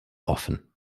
offen